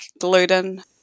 gluten